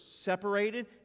separated